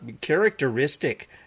characteristic